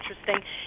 interesting